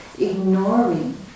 ignoring